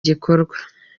gikorwa